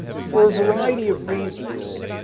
for a variety of reasons,